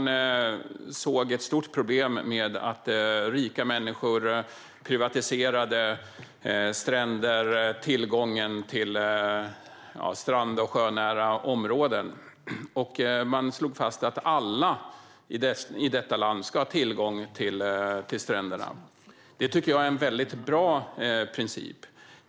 Man såg ett stort problem med att rika människor privatiserade stränder och tillgången till sjönära områden. Man slog fast att alla i detta land ska ha tillgång till stränderna, och det tycker jag är en väldigt bra princip.